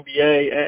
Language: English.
NBA